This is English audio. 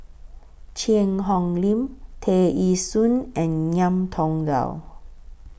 Cheang Hong Lim Tear Ee Soon and Ngiam Tong Dow